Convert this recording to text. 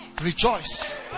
rejoice